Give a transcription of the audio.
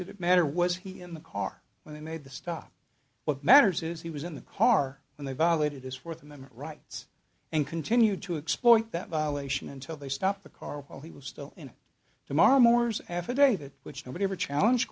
it matter was he in the car when they made the stop what matters is he was in the car and they violated his fourth amendment rights and continued to exploit that violation until they stopped the car while he was still in the mom or is affidavit which nobody ever challenge